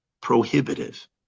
prohibitive